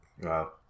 Wow